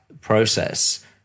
process